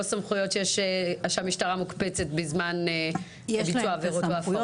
סמכויות שהמשטרה מוקפצת בביצוע עבירות והפרות.